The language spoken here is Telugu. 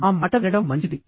మా మాట వినడం మంచిది